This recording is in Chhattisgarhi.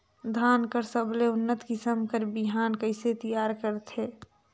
धान कर सबले उन्नत किसम कर बिहान कइसे तियार करथे?